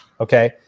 Okay